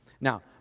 Now